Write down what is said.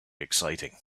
exciting